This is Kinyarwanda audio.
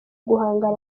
guhangana